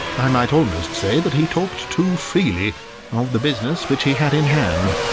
i might almost say that he talked too freely of the business which he had in hand.